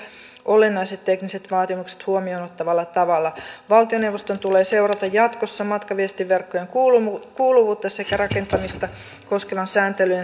olennaiset tekniset vaatimukset huomioon ottavalla tavalla valtioneuvoston tulee seurata jatkossa matkaviestinverkkojen kuuluvuutta kuuluvuutta sekä rakentamista koskevan sääntelyn